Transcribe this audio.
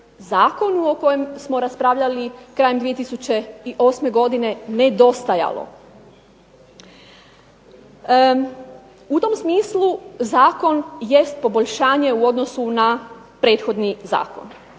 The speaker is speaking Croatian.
Zakonu o kojem smo raspravljali krajem 2008. godine nedostajalo. U tom smislu zakon jest poboljšanje u odnosu na prethodni zakon.